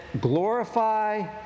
glorify